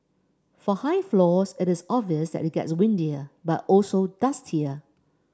for high floors it is obvious that it gets windier but also dustier